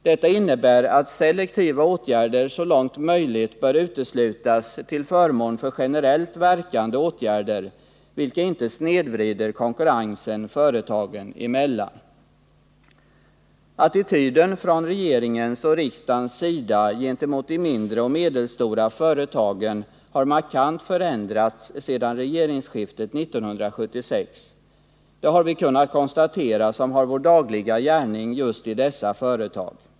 Detta innebär att selektiva åtgärder så långt möjligt bör uteslutas till förmån för generellt verkande åtgärder, vilka inte snedvrider konkurrensen företagen emellan. Attityden från regeringens och riksdagens sida gentemot de mindre och medelstora företagen har markant förändrats sedan regeringsskiftet 1976. Det har vi kunnat konstatera, som har vår dagliga gärning i just dessa företag.